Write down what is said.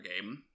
game